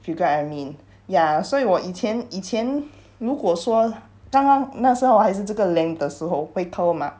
if you get what I mean yeah 所以我以前以前如果如果说刚刚那时候还是这个 length 的时候会 curl mah